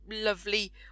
lovely